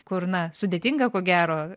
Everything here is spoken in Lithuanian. kur na sudėtinga ko gero